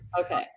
Okay